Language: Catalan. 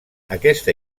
aquesta